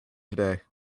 today